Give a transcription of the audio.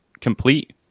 complete